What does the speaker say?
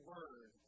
Word